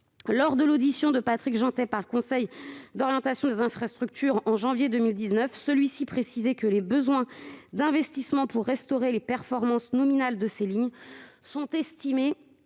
Lors de l'audition de Patrick Jeantet par le Conseil d'orientation des infrastructures, en janvier 2019, celui-ci précisait que les besoins d'investissement pour restaurer les performances nominales de ces lignes étaient estimés